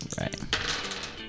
Right